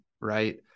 right